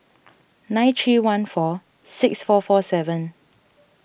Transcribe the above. nine three one four six four four seven